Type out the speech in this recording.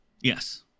Yes